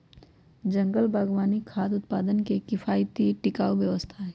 जंगल बागवानी खाद्य उत्पादन के किफायती और टिकाऊ व्यवस्था हई